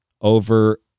over